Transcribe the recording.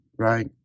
Right